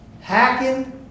hacking